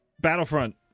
Battlefront